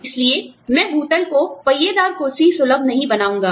इसलिए मैं भूतल को पहियेदार कुर्सी सुलभ नहीं बनाऊंगा